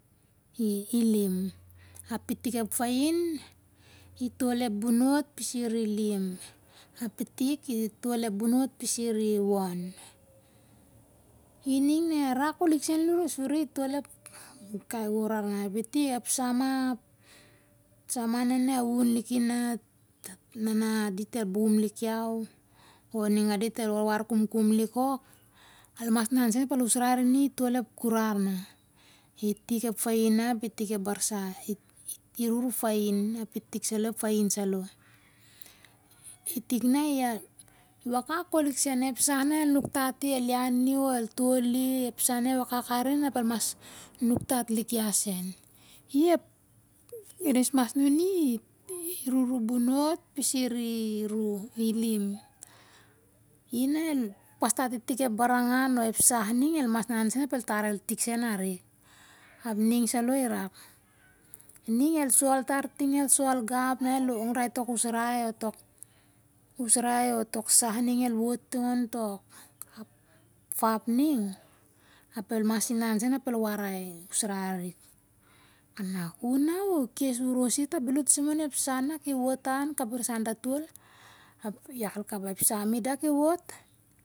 Ilim ap itik ep fain itol ep bono pisir ilim ap itik itol ep bonot pisir iwon ining na arak kolik sen suri itol ep kai gurar na ap itik ep sama ap na avun liki na na na dit a bum lik iau or ningan dit el warwar kumkum lik ork almas ol inan sen apal usrai arini tol ep gurar na itik ep fain na ap itik ep barsan it iruru fain ap itik salo ep fain salo, itik na iwakakolik sen na ep sa na inuktati na el iani or eltoli epsa na iwakak arin ap el mas nuktatlik ia sen, i ep krismas nuni iruru bonot pisir iru ilim, i na el pastat itik ep barangan o ep sa ning el mas han sen ap el tar itik sen arik ap ning salo irak, ning el sol tar ta ning isol gau ap na el longrai tok usrai o tok usrai o tok sa ning el wot onto fap ning ap el mas inan sen ap el warai usrai arik kanak una u kes orosit ap belu tasimon epsa na kiwot han kabisan datol ap ya kal kaba ep sa mida kiwot.